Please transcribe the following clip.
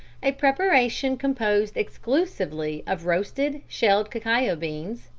a preparation composed exclusively of roasted, shelled cacao beans,